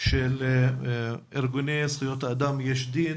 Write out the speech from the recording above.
של ארגוני זכויות אדם: "יש דין",